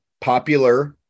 popular